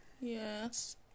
yes